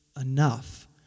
enough